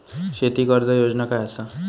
शेती कर्ज योजना काय असा?